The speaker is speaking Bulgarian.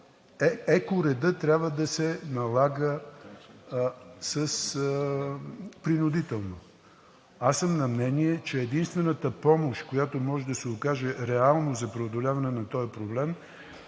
екоредът трябваше да се налага принудително. Аз съм на мнение, че единствената помощ, която може да се окаже реално за преодоляването на този проблем,